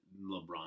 LeBron